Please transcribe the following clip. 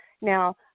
Now